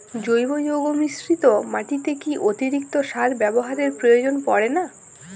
জৈব যৌগ মিশ্রিত মাটিতে কি অতিরিক্ত সার ব্যবহারের প্রয়োজন পড়ে না?